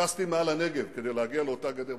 טסתי מעל הנגב כדי להגיע לאותה גדר,